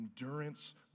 endurance